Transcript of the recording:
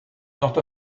not